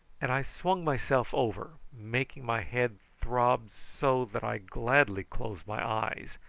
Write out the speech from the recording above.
and i swung myself over, making my head throb so that i gladly closed my eyes,